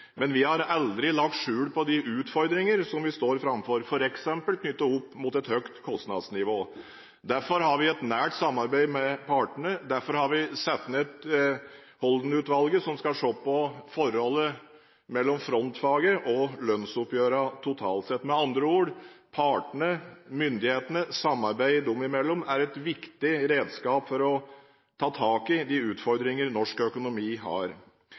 Men vi har aldri lagt skjul på de utfordringer som vi står foran, f.eks. knyttet opp mot et høyt kostnadsnivå. Derfor har vi et nært samarbeid med partene. Derfor har vi satt ned Holden-utvalget, som skal se på forholdet mellom frontfaget og lønnsoppgjørene totalt sett. Med andre ord: Partene og myndighetene og samarbeidet dem imellom er et viktig redskap for å ta tak i utfordringene i norsk økonomi. Vi har